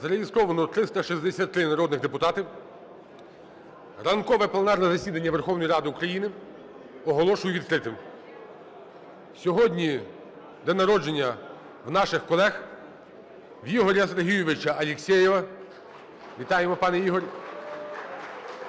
Зареєстровано 363 народних депутати. Ранкове пленарне засідання Верховної Ради України оголошую відкритим. Сьогодні день народження у наших колег: Ігоря Сергійовича Алексєєва. Вітаємо, пане Ігор.